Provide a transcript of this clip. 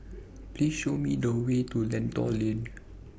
Please Show Me The Way to Lentor Lane